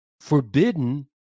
forbidden